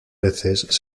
veces